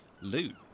loot